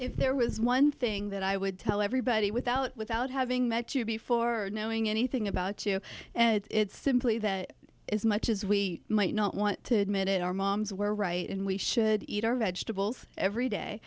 if there was one thing that i would tell everybody without without having met you before knowing anything about you and it's simply that is much as we might not want to admit it our moms were right and we should eat our vegetables every day